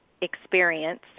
experience